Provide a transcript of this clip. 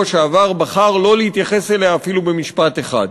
שעבר בחר שלא להתייחס אליה אפילו במשפט אחד.